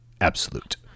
absolute